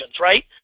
right